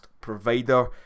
provider